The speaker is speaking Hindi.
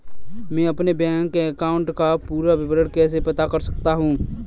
मैं अपने बैंक अकाउंट का पूरा विवरण कैसे पता कर सकता हूँ?